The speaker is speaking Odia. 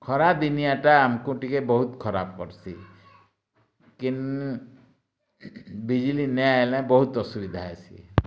ଖରାଦିନିଆଟା ଆମ୍କୁ ଟିକେ ବହୁତ୍ ଖରାପ୍ ପଡ଼୍ସି କିନ୍ ବିଜ୍ଲି ନାଇଁ ଆଏଲେ ବହୁତ୍ ଅସୁବିଧା ହେସି